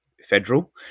federal